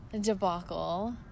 debacle